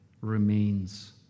remains